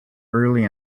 early